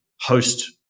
host